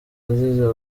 azize